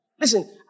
Listen